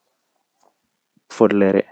e ɗuum fota ko waɗde hakkiɗe.